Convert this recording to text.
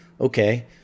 okay